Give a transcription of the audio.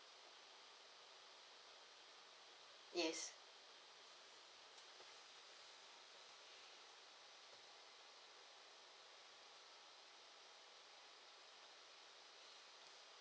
yes